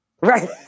Right